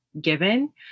given